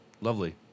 Lovely